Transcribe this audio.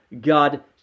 God